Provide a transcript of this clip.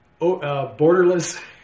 borderless